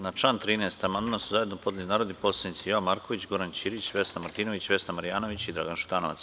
Na član 13. amandman su zajedno podneli narodni poslanici Jovan Marković, Goran Ćirić, Vesna Martinović, Vesna Marjanović i Dragan Šutanovac.